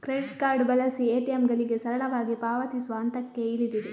credit card ಬಳಸಿ ಎ.ಟಿ.ಎಂಗಳಿಗೆ ಸರಳವಾಗಿ ಪಾವತಿಸುವ ಹಂತಕ್ಕೆ ಇಳಿದಿದೆ